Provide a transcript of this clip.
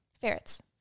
Ferrets